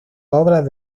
obras